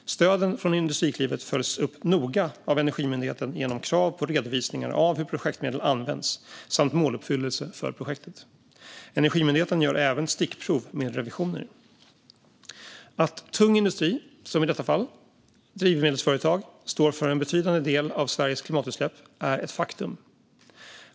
Stöden från Industriklivet följs upp noga av Energimyndigheten genom krav på redovisningar av hur projektmedel används samt måluppfyllelse för projektet. Energimyndigheten gör även stickprov med revisioner. Att tung industri och, som i detta fall, drivmedelsföretag står för en betydande del av Sveriges klimatutsläpp är ett faktum.